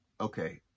okay